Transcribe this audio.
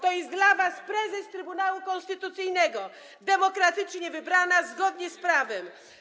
To jest dla was prezes Trybunału Konstytucyjnego, demokratycznie wybrana, zgodnie z prawem.